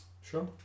Sure